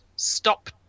Stop